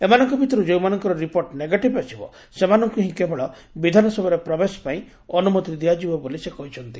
ଏମାନଙ୍କ ଭିତରୁ ଯେଉଁମାନଙ୍କର ରିପୋର୍ଟ ନେଗେଟିଭ୍ ଆସିବ ସେମାନଙ୍କୁ ହିଁ କେବଳ ବିଧାନସଭାରେ ପ୍ରବେଶ ପାଇଁ ଅନୁମତି ଦିଆଯିବ ବୋଲି ସେ କହିଛନ୍ତି